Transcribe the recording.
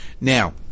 now